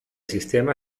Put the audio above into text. sistema